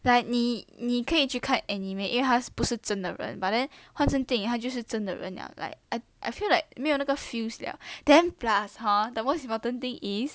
like 你你可以去看 anime 因为它不是真的人 but then 换成电影他就是真的人了 like I feel like 没有那个 feels 了 then plus hor the most important thing is